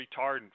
retardant